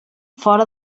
fora